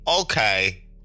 Okay